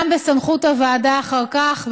גם בסמכות הוועדה אחר כך,